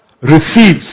receives